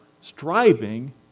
striving